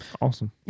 Awesome